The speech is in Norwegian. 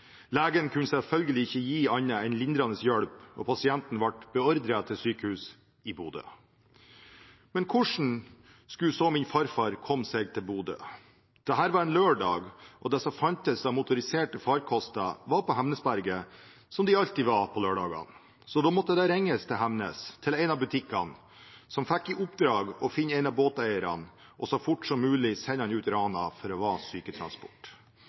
Legen kunne selvfølgelig ikke gi annet enn lindrende hjelp, og pasienten ble beordret til sykehuset i Bodø. Men hvordan skulle min farfar komme seg til Bodø? Dette var en lørdag, og det som fantes av motoriserte farkoster, var på Hemnesberget, som de alltid var på lørdagene. Så da måtte det ringes til Hemnes, til en av butikkene, som fikk i oppdrag å finne en av båteierne og så fort som mulig sende ham ut Rana for å være syketransport.